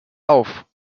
auf